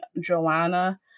Joanna